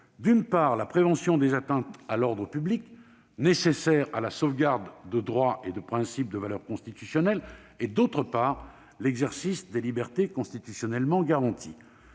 d'une part, la prévention des atteintes à l'ordre public nécessaire à la sauvegarde de droits et principes de valeur constitutionnelle, et, d'autre part, l'exercice des libertés constitutionnellement garanties.